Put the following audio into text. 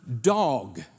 dog